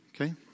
Okay